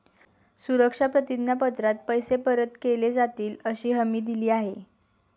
सुरक्षा प्रतिज्ञा पत्रात पैसे परत केले जातीलअशी हमी दिली आहे